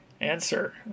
Answer